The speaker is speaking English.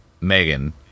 Megan